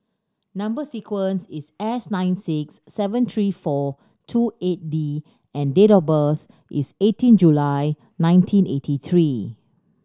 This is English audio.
number sequence is S nine six seven three four two eight D and date of birth is eighteen July nineteen eighty three